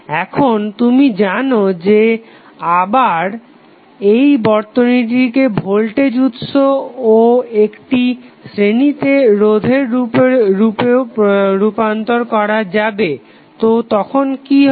এখন তুমি জানো যে আবার এই বর্তনীটিকে ভোল্টেজ উৎস ও একটি শ্রেণিতে রোধের রূপে রূপান্তর করা যাবে তো তখন কি হবে